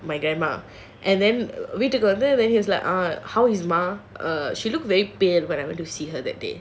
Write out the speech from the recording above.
my grandma and then வீட்டுக்கு வந்து:veetuku vandhu then he was like how is மா:maa she looked very pale when I went to see her that day